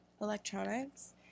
electronics